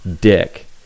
dick